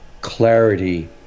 clarity